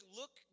look